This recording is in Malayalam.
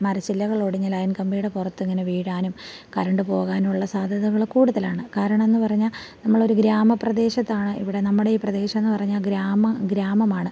മരച്ചില്ലകൾ ഒടിഞ്ഞ് ലൈൻ കമ്പിയുടെ പുറത്ത് ഇങ്ങനെ വീഴാനും കരണ്ട് പോകാനുമുള്ള സാധ്യതകൾ കൂടുതലാണ് കാരണം എന്ന് പറഞ്ഞാൽ നമ്മൾ ഒരു ഗ്രാമ പ്രദേശത്താണ് ഇവിടെ നമ്മുടെ ഈ പ്രദേശം എന്ന് പറഞ്ഞാൽ ഗ്രാമം ഗ്രാമമാണ്